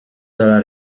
dalla